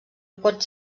pot